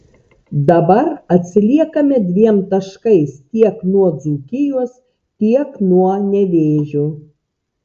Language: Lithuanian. dabar atsiliekame dviem taškais tiek nuo dzūkijos tiek nuo nevėžio